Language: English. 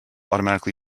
automatically